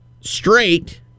straight